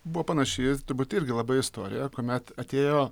buvo panaši turbūt irgi labai istorija kuomet atėjo